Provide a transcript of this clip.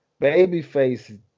Babyface